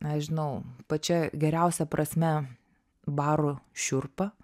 nežinau pačia geriausia prasme varo šiurpą